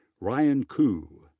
ryan ku.